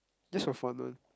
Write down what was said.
just for fun one